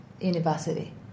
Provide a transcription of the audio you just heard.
university